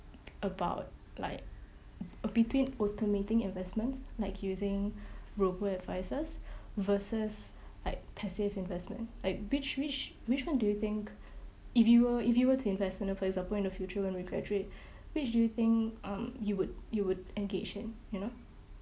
about like uh between automating investments like using robo advisers versus like passive investment like which which which one do you think if you were if you were to invest in uh for example in the future when we graduate which do you think um you would you would engage in you know